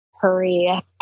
Hurry